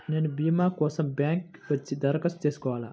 నేను భీమా కోసం బ్యాంక్కి వచ్చి దరఖాస్తు చేసుకోవాలా?